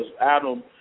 Adam